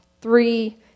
three